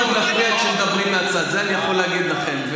כאשר מדברים מהצד, זה אני יכול להגיד לכם.